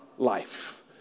life